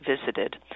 visited